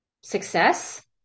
success